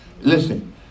listen